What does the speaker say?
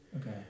Okay